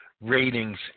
ratings